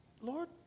Lord